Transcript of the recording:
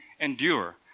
endure